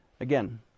Again